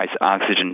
oxygen